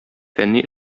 фәнни